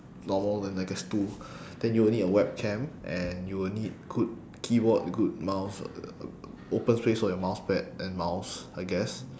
normal then I guess two then you will need a web cam and you will need good keyboard good mouse uh open space for your mouse pad and mouse I guess